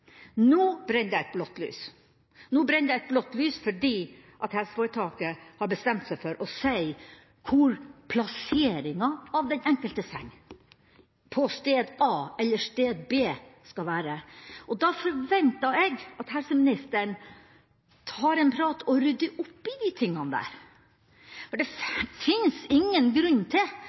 Nå brenner det et blått lys, fordi helseforetaket har bestemt seg for å si hvor plasseringa av den enkelte seng skal være, på sted A eller sted B. Da forventer jeg at helseministeren tar en prat og rydder opp i disse tingene. Det fins ingen grunn til